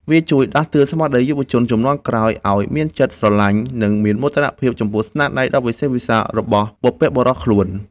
វាជួយដាស់តឿនស្មារតីយុវជនជំនាន់ក្រោយឱ្យមានចិត្តស្រឡាញ់ និងមានមោទនភាពចំពោះស្នាដៃដ៏វិសេសវិសាលរបស់បុព្វបុរសខ្លួន។